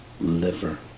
Liver